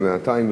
ובינתיים,